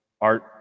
art